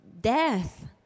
death